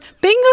Bingo